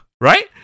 right